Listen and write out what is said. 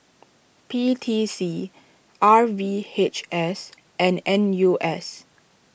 P T C R V H S and N U S